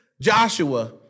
Joshua